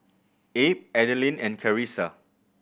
Abe Adalyn and Carissa